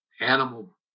animal